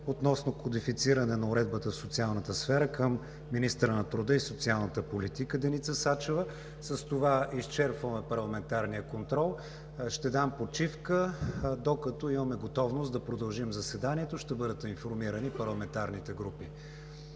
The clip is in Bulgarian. относно кодифициране на уредбата в социалната сфера към министъра на труда и социалната политика Деница Сачева. С това изчерпваме парламентарния контрол. Ще дам почивка, докато имаме готовност да продължим заседанието. Ще бъдат информирани парламентарните групи.